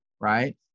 right